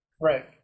Right